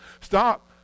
Stop